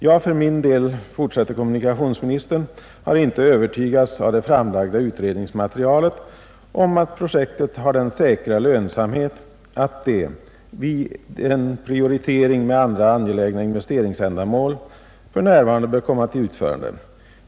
Jag har för min del”, fortsätter kommunikationsministern, ”inte övertygats av det framlagda utredningsmaterialet om att projektet har den säkra lönsamhet, att det — vid en prioritering med andra angelägna investeringsändamål — f. n. bör komma till utförande.